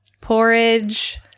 porridge